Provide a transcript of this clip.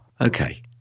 okay